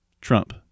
Trump